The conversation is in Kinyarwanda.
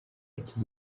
iki